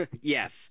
Yes